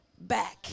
back